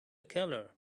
keller